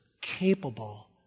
capable